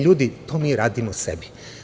Ljudi, to mi radimo sebi.